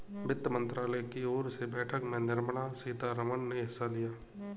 वित्त मंत्रालय की ओर से बैठक में निर्मला सीतारमन ने हिस्सा लिया